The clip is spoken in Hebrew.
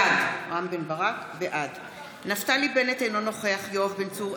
בעד יואב בן צור,